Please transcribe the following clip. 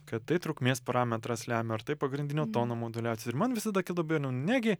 kad tai trukmės parametras lemia ar tai pagrindinio tono moduliacija ir man visada kildavo abejonių negi